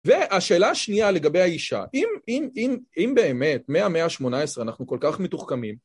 והשאלה השנייה לגבי האישה, אם באמת, מהמאה ה-18 אנחנו כל כך מתוחכמים,